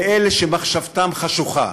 לאלה שמחשבתם חשוכה.